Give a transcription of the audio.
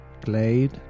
Glade